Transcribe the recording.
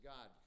God